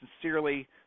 sincerely